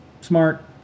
smart